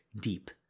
deep